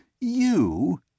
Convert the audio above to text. You